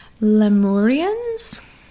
Lemurians